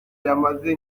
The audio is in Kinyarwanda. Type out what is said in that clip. yamaze